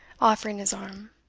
offering his arm.